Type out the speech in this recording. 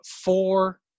four